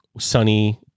sunny